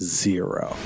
zero